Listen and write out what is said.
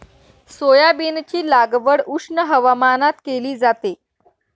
सोयाबीनची लागवड उष्ण हवामानात केली जाते